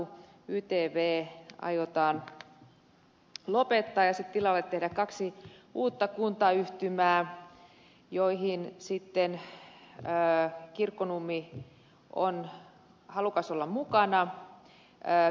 ytv aiotaan lopettaa ja sen tilalle tehdä kaksi uutta kuntayhtymää joissa sitten kirkkonummi on halukas olemaan mukana